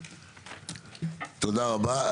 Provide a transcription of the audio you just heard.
תודה רבה.